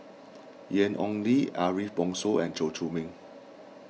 Ian Ong Li Ariff Bongso and Chew Chor Meng